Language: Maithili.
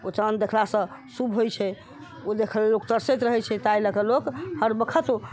ओ चाँद देखला सॅं शुभ होइ छै ओ देखै लए लोग तरसैत रहै छै ताहि लऽ के लोक हर वखत